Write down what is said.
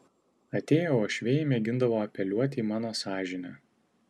atėję uošviai mėgindavo apeliuoti į mano sąžinę